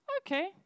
okay